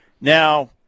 Now